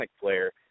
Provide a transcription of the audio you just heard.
player